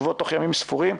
תשובות תוך ימים ספורים.